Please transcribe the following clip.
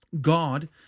God